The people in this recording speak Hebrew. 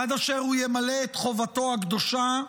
עד אשר הוא ימלא את חובתו הקדושה: